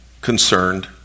concerned